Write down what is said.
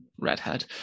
redhead